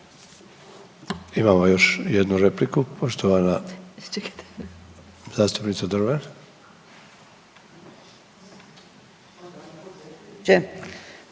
Imamo još jednu repliku, poštovana zastupnica Dreven.